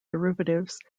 derivatives